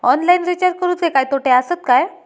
Online recharge करुचे काय तोटे आसत काय?